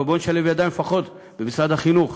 אבל בואו נשלב ידיים לפחות במשרד החינוך,